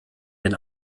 den